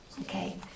Okay